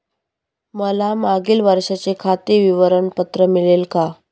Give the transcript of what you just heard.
मला मागील वर्षाचे खाते विवरण पत्र मिळेल का?